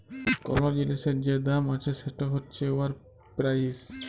call জিলিসের যে দাম আছে সেট হছে উয়ার পেরাইস